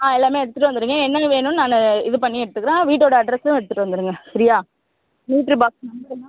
ஆ எல்லாமே எடுத்துட்டு வந்திருங்க என்ன வேணுன்னு நான் இது பண்ணி எடுத்துக்கிறேன் வீட்டோடய அட்ரெஸ்ஸும் எடுத்துட்டு வந்துடுங்க சரியா மீட்ரு பாக்ஸ்ஸு நம்பருங்க